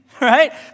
right